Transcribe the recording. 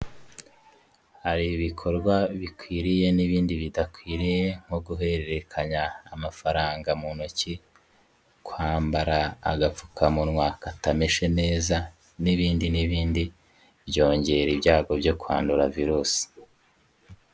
Hari ibikorwa bikwiriye n'ibindi bidakwiriye, nko guhererekanya amafaranga mu ntoki, kwambara agapfukamunwa katameshe neza, n'ibindi n'ibindi byongera ibyago byo kwandura virusi.